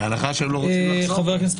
חבר הכנסת